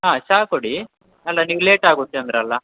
ಹಾಂ ಚಾ ಕೊಡಿ ಅಲ್ಲ ನಿಂಗೆ ಲೇಟ್ ಆಗುತ್ತೆ ಅಂದ್ರಲ್ಲ